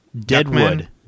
Deadwood